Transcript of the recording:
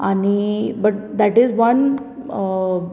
आनी but that is one